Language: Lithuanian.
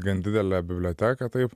gan didelę biblioteką taip